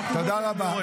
תודה רבה.